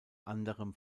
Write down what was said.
anderem